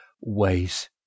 ways